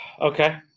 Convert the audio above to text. Okay